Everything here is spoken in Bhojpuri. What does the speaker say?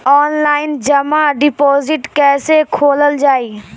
आनलाइन जमा डिपोजिट् कैसे खोलल जाइ?